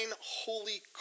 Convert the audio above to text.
holy